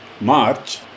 March